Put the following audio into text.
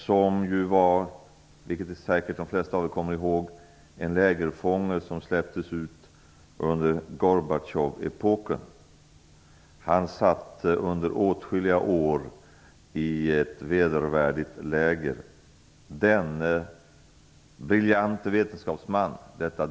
Denne var, som säkerligen de flesta av er kommer ihåg, en lägerfånge som släpptes ut under Gorbatjov-epoken. Denne briljante vetenskapsman och detta datageni satt under åtskilliga år i ett vedervärdigt läger.